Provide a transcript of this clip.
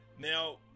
Now